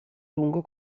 lungo